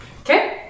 okay